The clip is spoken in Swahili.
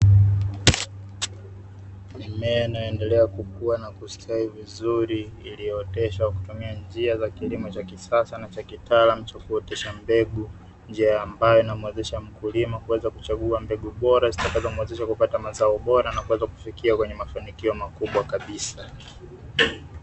Mimea inayoendelea kukua na kustawi vizuri iliyooteshwa kwa kutumia njia za kilimo cha kisasa na cha kitaalamu cha kuotesha mbegu. Njia ambayo inamuwezesha mkulima kuweza kuchagua mbegu bora zitakazomuwezesha kupata mazao bora, na kuweza kufika kwenye mafanikio makubwa kabisa.